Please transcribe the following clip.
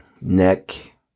Neck